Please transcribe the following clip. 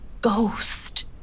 ghost